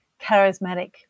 charismatic